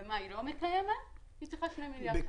היא צריכה שני מיליארד שקלים.